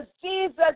Jesus